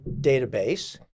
database